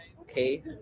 okay